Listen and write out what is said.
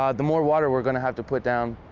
um the more water we're going to have to put down.